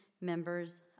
members